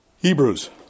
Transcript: Hebrews